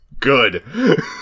Good